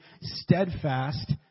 steadfast